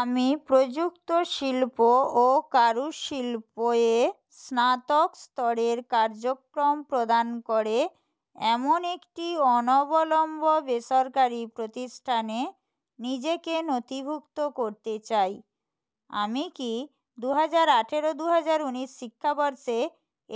আমি প্রযুক্ত শিল্প ও কারুশিল্প এ স্নাতক স্তরের কার্যক্রম প্রদান করে এমন একটি অনবলম্ব বেসরকারি প্রতিষ্ঠানে নিজেকে নথিভুক্ত করতে চাই আমি কি দু হাজার আঠারো দু হাজার উনিশ শিক্ষাবর্ষে